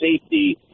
safety